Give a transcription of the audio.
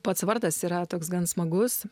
pats vardas yra toks gan smagus